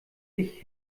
ich